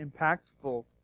impactful